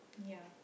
ya